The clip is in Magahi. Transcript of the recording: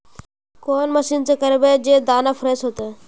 कौन मशीन से करबे जे दाना फ्रेस होते?